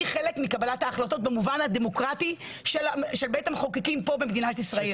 אני חלק מקבלת ההחלטות במובן הדמוקרטי של בית המחוקקים במדינת ישראל.